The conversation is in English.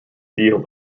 deal